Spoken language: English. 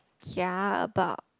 kia about